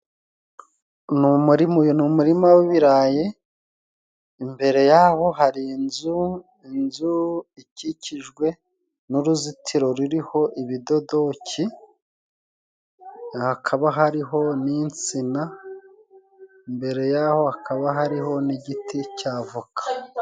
Ni umurima, uyu ni umurima wibirayi, imbere ya ho hari inzu, inzu ikikijwe n'uruzitiro ruriho ibidodoki, hakaba hariho n'insina, imbere ya ho hakaba hariho n'igiti cya voka.